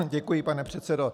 Děkuji, pane předsedo.